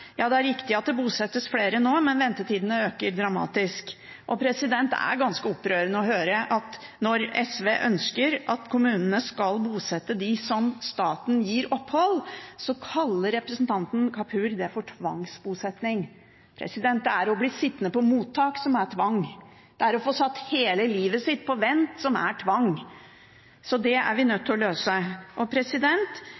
Ja, det er riktig at det bosettes flere nå, men ventetidene øker dramatisk. Det er ganske opprørende å høre at når SV ønsker at kommunene skal bosette dem som staten gir opphold, kaller representanten Kapur det for «tvangsbosetting». Det er å bli sittende på mottak som er tvang. Det er å få satt hele livet sitt på vent som er tvang. Så det er vi